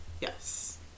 Yes